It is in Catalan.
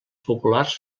populars